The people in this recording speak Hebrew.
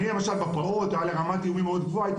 אני למשל ברמת איומים מאוד גבוהה הייתי